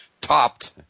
topped